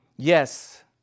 Yes